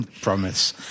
Promise